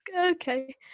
okay